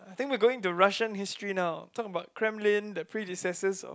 I think we going to Russian history now talk about the claims land the predecessor of